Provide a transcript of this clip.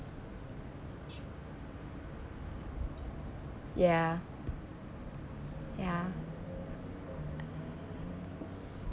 ya ya